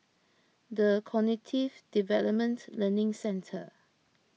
the Cognitive Development Learning Centre